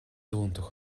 iontach